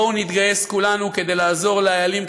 בואו נתגייס כולנו כדי לעזור ל"איילים",